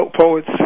poets